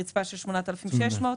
רצפה של 8,600 שקלים,